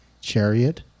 Chariot